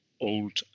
old